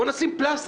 בואו נשים פלסטר.